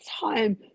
time